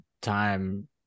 time